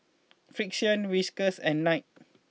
Frixion Whiskas and Knight